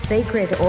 Sacred